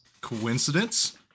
coincidence